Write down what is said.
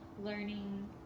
learning